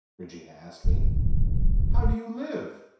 regina asked me how do you live.